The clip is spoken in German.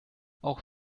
auch